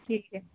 ठीक आहे